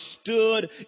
stood